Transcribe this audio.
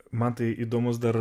man tai įdomus dar